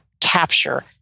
capture